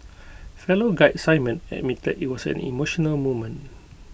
fellow guide simon admitted IT was an emotional moment